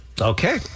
Okay